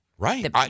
Right